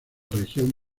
región